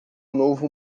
novo